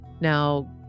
Now